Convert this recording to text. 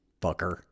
fucker